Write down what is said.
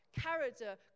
Character